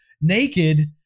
naked